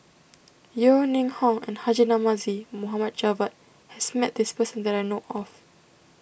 Yeo Ning Hong and Haji Namazie Mohammad Javad has met this person that I know of